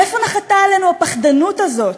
מאיפה נחתה עלינו הפחדנות הזאת,